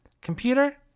computer